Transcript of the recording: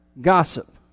Gossip